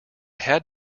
had